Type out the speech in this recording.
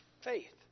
Faith